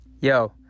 yo